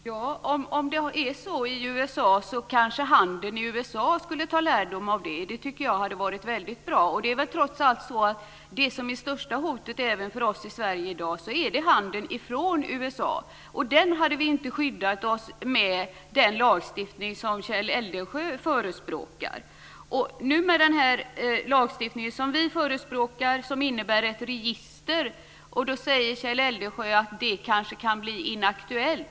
Fru talman! Om det är så i USA kanske handeln i USA skulle dra lärdom av det. Det tycker jag skulle ha varit väldigt bra. Trots allt är väl det största hotet även för oss i Sverige i dag handeln från USA, och mot den hade vi inte skyddat oss med den lagstiftning som Kjell Eldensjö förespråkar. Den lagstiftning som vi förespråkar innebär ett register. Kjell Eldensjö säger att det kanske kan bli inaktuellt.